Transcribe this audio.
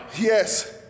Yes